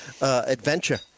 adventure